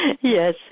Yes